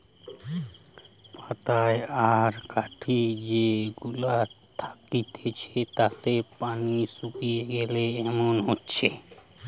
পাতায় আর কাঠি যে গুলা থাকতিছে তাতে পানি শুকিয়ে গিলে এমন হচ্ছে